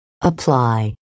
Apply